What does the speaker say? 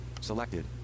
Selected